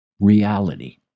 reality